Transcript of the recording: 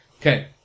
Okay